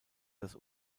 das